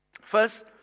First